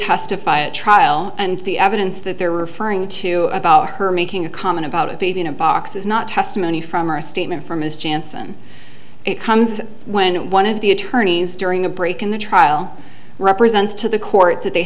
testify a trial and the evidence that they're referring to about her making a comment about it being in a box is not testimony from or a statement from ms janssen it comes when one of the attorneys during a break in the trial represents to the court that they